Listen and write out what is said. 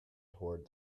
toward